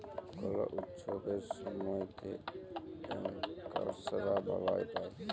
call উৎসবের ছময়তে ব্যাংকার্সরা বলাস পায়